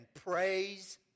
praise